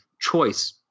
choice